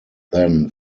then